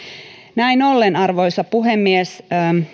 näin ollen arvoisa puhemies